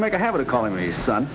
to make a habit of calling me son